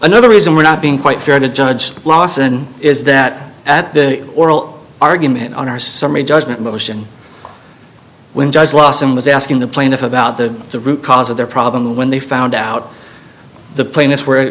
another reason we're not being quite fair to judge lawson is that at the oral argument on our summary judgment motion when judge lawson was asking the plaintiff about the the root cause of their problem when they found out the plaintiffs were